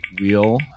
wheel